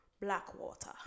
Blackwater